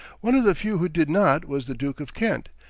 one of the few who did not was the duke of kent,